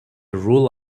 rule